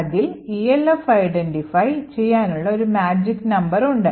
അതിൽ ELF identify ചെയ്യാനുള്ള ഒരു മാജിക് നമ്പർ ഉണ്ട്